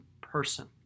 person